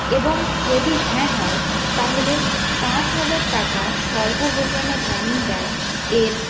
এবং যদি হ্যাঁ হয় তাহলে পাঁচ হাজার টাকা সর্ব হরিয়ানা গ্রামীণ ব্যাঙ্ক এর